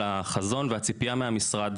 לחזון ולציפייה מהמשרד.